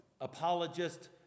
apologist